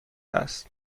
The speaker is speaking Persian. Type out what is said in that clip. است